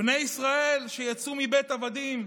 בני ישראל שיצאו מבית עבדים.